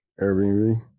Airbnb